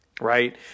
right